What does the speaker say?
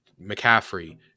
McCaffrey